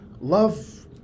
love